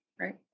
Right